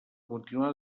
continuar